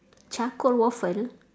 charcoal waffle